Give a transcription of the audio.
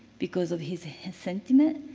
because of his sentiment,